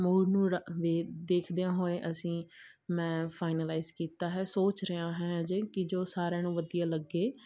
ਮੂੜ ਨੂੰ ਰੱ ਵੇ ਦੇਖਦਿਆਂ ਹੋਏ ਅਸੀਂ ਮੈਂ ਫਾਈਨਲਾਈਜ਼ ਕੀਤਾ ਹੈ ਸੋਚ ਰਿਹਾ ਹੈ ਅਜੇ ਕਿ ਜੋ ਸਾਰਿਆਂ ਨੂੰ ਵਧੀਆ ਲੱਗੇ